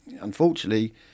unfortunately